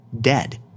dead